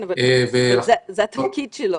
אבל זה התפקיד שלו.